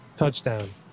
touchdown